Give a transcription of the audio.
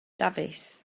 dafis